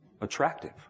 attractive